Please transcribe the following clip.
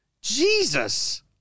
Jesus